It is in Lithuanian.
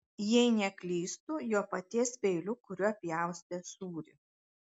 jei neklystu jo paties peiliu kuriuo pjaustė sūrį